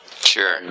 Sure